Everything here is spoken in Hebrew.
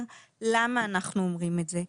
למה אנחנו אומרים את זה?